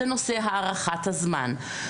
זה נושא הארכת הזמן.